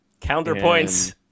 counterpoints